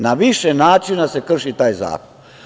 Na više načina se krši taj zakon.